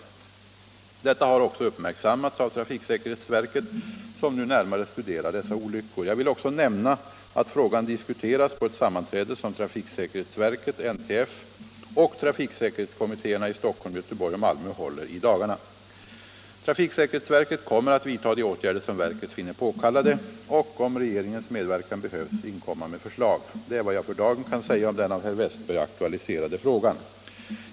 Detta har också uppmärksammats av trafiksäkerhetsverket som nu närmare studerar dessa olyckor. Jag vill också nämna att frågan diskuteras på ett sammanträde som trafiksäkerhetsverket, NTF och trafiksäkerhetskommittéerna i Stockholm, Göteborg och Malmö håller i dagarna. Trafiksäkerhetsverket kommer att vidta de åtgärder som verket finner påkallade och — om regeringens medverkan behövs — inkomma med förslag. Det är vad jag för dagen kan säga om den av herr Westberg aktualiserade frågan.